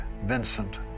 Vincent